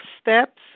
Steps